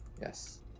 Yes